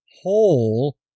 whole